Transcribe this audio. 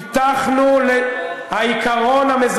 הבטחנו, 17 מיליון שקל, מי ישלם אותם?